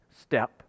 step